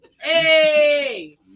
Hey